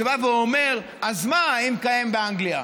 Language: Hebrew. שבא ואומר: אז מה אם קיים באנגליה.